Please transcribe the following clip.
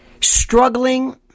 struggling